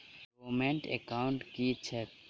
Dormant account की छैक?